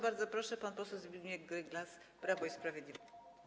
Bardzo proszę, pan poseł Zbigniew Gryglas, Prawo i Sprawiedliwość.